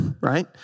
right